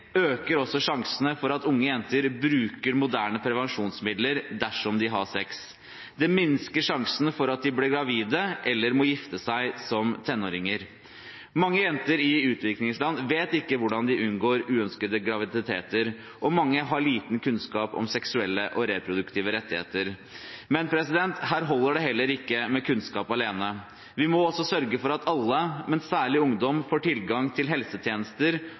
øker også sjansene for at unge jenter bruker moderne prevensjonsmidler dersom de har sex. Det minsker faren for at de blir gravide eller må gifte seg som tenåringer. Mange jenter i utviklingsland vet ikke hvordan de unngår uønskede graviditeter, og mange har liten kunnskap om seksuelle og reproduktive rettigheter. Men her holder det heller ikke med kunnskap alene. Vi må også sørge for at alle, men særlig ungdom, får tilgang til helsetjenester